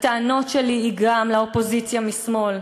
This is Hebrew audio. הטענות שלי הן גם לאופוזיציה משמאל.